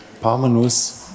parmanus